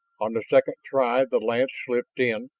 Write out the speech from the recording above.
on the second try the lance slipped in,